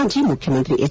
ಮಾಜಿ ಮುಖ್ಯಮಂತ್ರಿ ಎಚ್